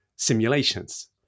Simulations